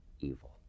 evil